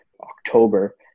October –